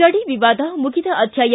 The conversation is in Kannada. ಗಡಿ ವಿವಾದ ಮುಗಿದ ಅಧ್ಯಾಯ